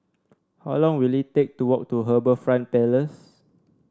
how long will it take to walk to HarbourFront Place